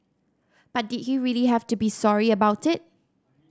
but did he really have to be sorry about it